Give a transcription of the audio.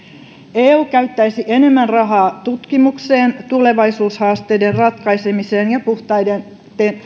eu käyttäisi enemmän rahaa tutkimukseen tulevaisuushaasteiden ratkaisemiseen ja puhtaiden